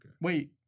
Wait